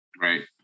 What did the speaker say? Right